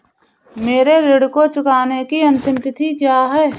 मेरे ऋण को चुकाने की अंतिम तिथि क्या है?